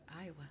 Iowa